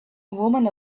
woman